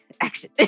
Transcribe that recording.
action